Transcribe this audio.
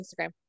Instagram